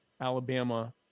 Alabama